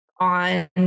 on